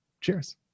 Cheers